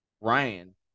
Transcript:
ryan